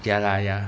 ya lah ya